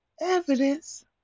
Evidence